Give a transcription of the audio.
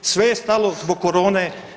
Sve je stalo zbog corone.